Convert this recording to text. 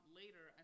later